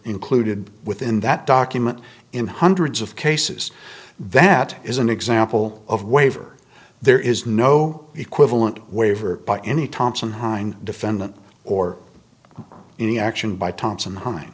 included within that document in hundreds of cases that is an example of waiver there is no equivalent waiver by any thompson hind defendant or any action by thompson h